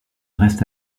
reste